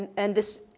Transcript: and, and this,